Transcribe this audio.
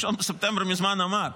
ה-1 בספטמבר מזמן עבר.